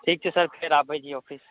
ठीक छै सर फेर आबय छी ऑफिस